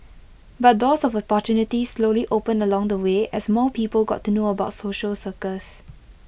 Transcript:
but doors of opportunities slowly opened along the way as more people got to know about social circus